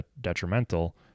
detrimental